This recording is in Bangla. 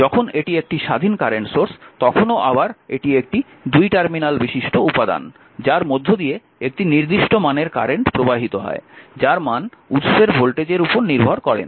যখন এটি একটি স্বাধীন কারেন্ট সোর্স তখনও আবার এটি একটি দুই টার্মিনাল বিশিষ্ট উপাদান যার মধ্য দিয়ে একটি নির্দিষ্ট মানের কারেন্ট প্রবাহিত হয় যার মান উৎসের ভোল্টেজের উপর নির্ভর করে না